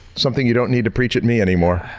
something you don't need to preach at me anymore.